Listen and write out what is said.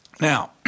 Now